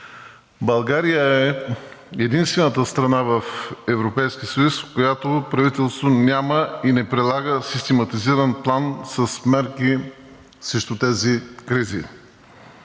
България е единствената страна в Европейския съюз, в която правителството няма и не прилага систематизиран план с мерки срещу тези кризи,